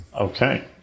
Okay